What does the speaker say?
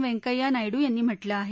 व्यंकय्या नायडू यांनी म्हटलं आहे